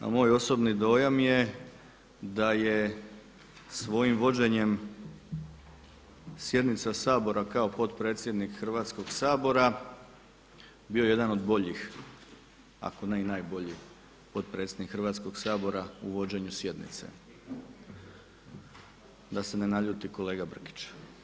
A moj osobni dojam je da je svojim vođenjem sjednica Sabora kao potpredsjednik Hrvatskog sabora bio jedan od boljih, ako ne i najbolji potpredsjednik Hrvatskog sabora u vođenju sjednice, da se ne naljuti kolega Brkić.